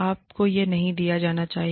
आपको यह नहीं दिया जाना चाहिए